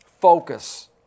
Focus